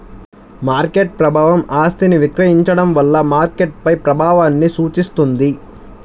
market ప్రభావం ఆస్తిని విక్రయించడం వల్ల మార్కెట్పై ప్రభావాన్ని సూచిస్తుంది